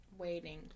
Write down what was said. waiting